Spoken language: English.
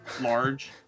large